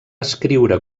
escriure